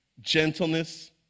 gentleness